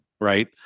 Right